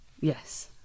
yes